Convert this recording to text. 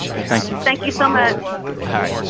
well, thank you thank you so much